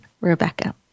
Rebecca